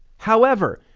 however,